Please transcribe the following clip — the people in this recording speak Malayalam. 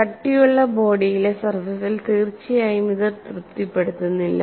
കട്ടിയുള്ള ബോഡിയിലെ സർഫസിൽ തീർച്ചയായും ഇത് തൃപ്തിപ്പെടുത്തുന്നില്ല